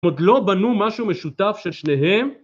עוד לא בנו משהו משותף של שניהם?